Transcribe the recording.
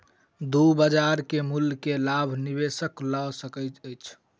दू बजार के मूल्य के लाभ निवेशक लय सकैत अछि